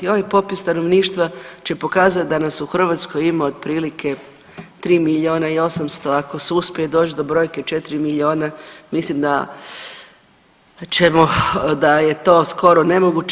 Ovaj popis stanovništva će pokazat da nas u Hrvatskoj ima otprilike 3 milijona i 800, ako se uspije doć do brojke 4 milijona mislim da ćemo, da je to skoro nemoguće.